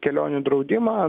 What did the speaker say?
kelionių draudimą